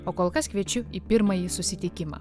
o kol kas kviečiu į pirmąjį susitikimą